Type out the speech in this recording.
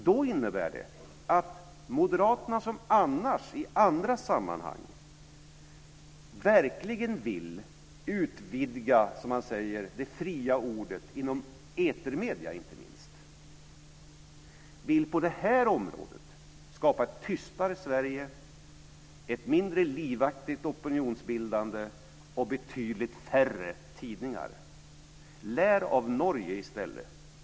Det innebär att Moderaterna, som i andra sammanhang verkligen vill utvidga, som man säger, det fria ordet inte minst inom etermedierna, på det här området vill skapa ett tystare Sverige, ett mindre livaktigt opinionsbildande och betydligt färre tidningar. Lär av Norge i stället!